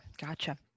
Gotcha